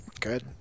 Good